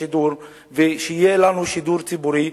שיהיה לנו שידור ציבורי,